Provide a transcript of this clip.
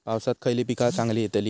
पावसात खयली पीका चांगली येतली?